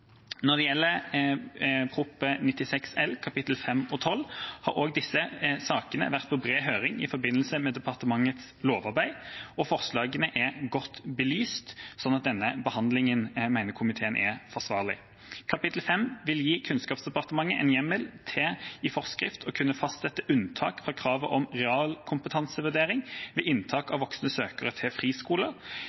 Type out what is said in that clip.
Når det gjelder Prop. 96 L kapitlene 5 og 12, har også disse sakene vært på bred høring i forbindelse med departementets lovarbeid. Forslagene er godt belyst, så denne behandlingen mener komiteen er forsvarlig. Kapittel 5 vil gi Kunnskapsdepartementet en hjemmel til i forskrift å kunne fastsette unntak fra kravet om realkompetansevurdering ved inntak av voksne søkere til friskoler,